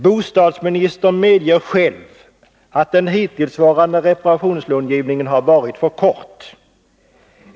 Bostadsministern medger själv att tiden för planering och projektering i den hittillsvarande reparationslångivningen har varit för kort.